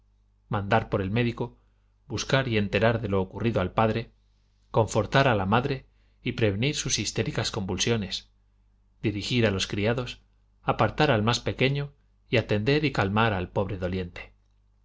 mandar por el médico buscar y enterar de lo ocurrido al padre confortar a la madre y prevenir sus histéricas convulsiones dirigir a los criados apartar al más pequeño y atender y calmar al pobre doliente